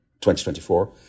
2024